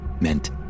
meant